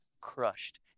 crushed